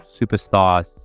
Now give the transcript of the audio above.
superstars